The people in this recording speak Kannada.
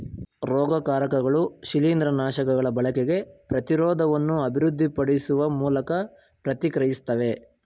ರೋಗಕಾರಕಗಳು ಶಿಲೀಂದ್ರನಾಶಕಗಳ ಬಳಕೆಗೆ ಪ್ರತಿರೋಧವನ್ನು ಅಭಿವೃದ್ಧಿಪಡಿಸುವ ಮೂಲಕ ಪ್ರತಿಕ್ರಿಯಿಸ್ತವೆ